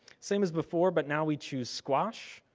same as before, but now we choose squash.